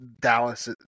Dallas